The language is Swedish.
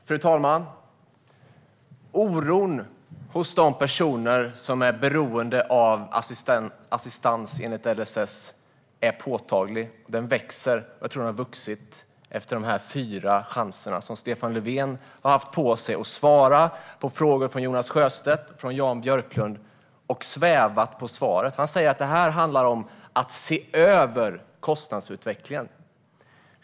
Fru talman! Oron hos de personer som är beroende av assistans enligt LSS är påtaglig. Den växer, och jag tror att den har vuxit ytterligare efter de fyra chanser som Stefan Löfven har haft på sig att svara på frågor från Jonas Sjöstedt och Jan Björklund men svävat på svaret. Han säger att det handlar om att se över kostnadsutvecklingen.